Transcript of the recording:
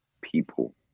people